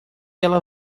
ela